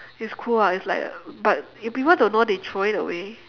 it's cool ah it's like but if people don't know they throw it away